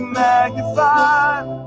magnified